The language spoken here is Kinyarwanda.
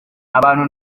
abantu